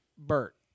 Bert